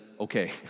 okay